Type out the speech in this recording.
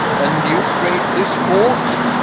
and new-create this fault?